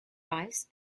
rice